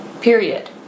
period